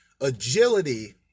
agility